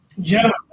general